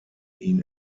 ihn